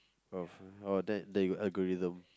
oh oh then you algorithm